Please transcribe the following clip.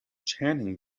channing